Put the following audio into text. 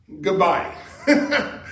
Goodbye